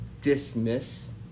dismiss